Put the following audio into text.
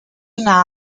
una